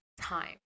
time